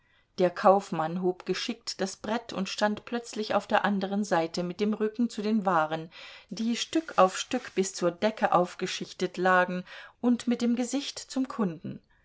der kaufmann hob geschickt das brett und stand plötzlich auf der anderen seite mit dem rücken zu den waren die stück auf stück bis zur decke aufgeschichtet lagen und mit dem gesicht zum kunden